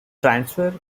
transfer